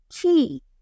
key